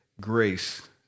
grace